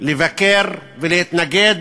דו-שנתי הוא דבר לא נכון,